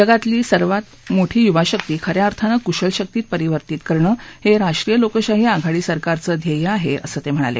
जगातली सर्वात मोठी यूवा शक्ती ख या अर्थानं कुशल शक्तीत परिवर्तित करणं हे राष्ट्रीय लोकशाही आघाडी सरकारचं ध्येय आहे असं ते म्हणाले